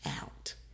out